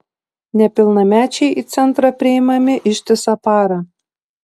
nepilnamečiai į centrą priimami ištisą parą